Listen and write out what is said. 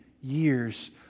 years